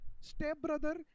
stepbrother